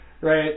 Right